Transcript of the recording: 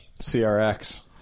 CRX